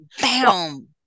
BAM